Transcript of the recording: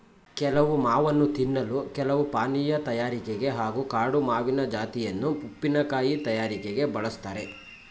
ಕೆಲವು ಮಾವನ್ನು ತಿನ್ನಲು ಕೆಲವು ಪಾನೀಯ ತಯಾರಿಕೆಗೆ ಹಾಗೂ ಕಾಡು ಮಾವಿನ ಜಾತಿಯನ್ನು ಉಪ್ಪಿನಕಾಯಿ ತಯಾರಿಕೆಗೆ ಬಳುಸ್ತಾರೆ